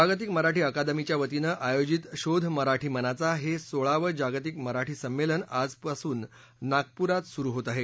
जागतिक मराठी अकादमीच्यावतीनं आयोजित शोध मराठी मनाचा हे सोळावं जागतिक मराठी संमेलन आजपासून नागप्रात आजपासून सुरु होत आहे